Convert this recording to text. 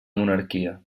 monarquia